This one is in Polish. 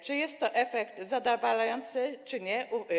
Czy jest to efekt zadowalający, czy nie?